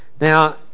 Now